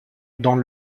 dans